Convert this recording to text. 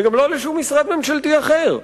וגם לא לשום משרד ממשלתי אחר.